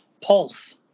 Pulse